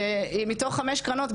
מתוך חמש קרנות,